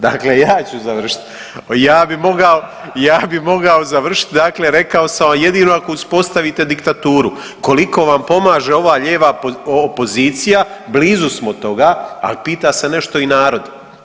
Dakle, ja ću završit, ja bi mogao, ja bi mogao završit dakle rekao sam jedino ako uspostavite diktaturu, koliko vam pomaže ova lijeva opozicija blizu smo toga, al pita se nešto i narod.